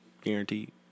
guaranteed